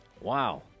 Wow